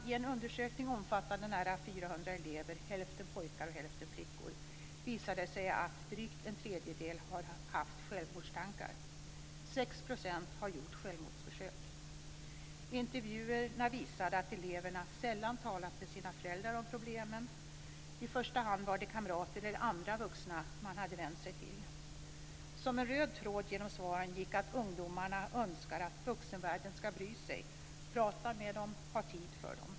I en undersökning omfattande nära 400 elever, hälften pojkar och hälften flickor, visade det sig att drygt en tredjedel hade haft självmordstankar. 6 % har gjort självmordsförsök. Intervjuerna visade att eleverna sällan hade talat med sina föräldrar om problemen. I första hand hade de vänt sig till kamrater eller andra vuxna. Som en röd tråd genom svaren gick att ungdomarna önskar att vuxenvärlden ska bry sig, prata med dem, ha tid för dem.